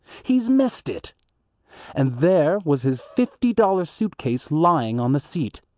he's missed it and there was his fifty-dollar suit case lying on the seat.